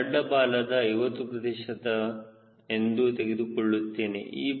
ನಾನು ಅಡ್ಡ ಬಾಲದ 50 ಪ್ರತಿಶತ ಎಂದು ತೆಗೆದುಕೊಳ್ಳುತ್ತೇನೆ